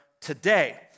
today